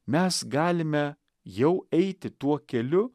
mes galime jau eiti tuo keliu